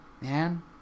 Man